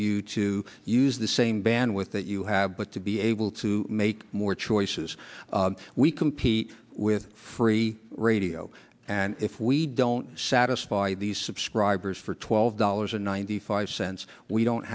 you to use the same band with that you have but to be able to make more choices we compete with free radio and if we don't satisfy the subscribers for twelve dollars or ninety five cents we don't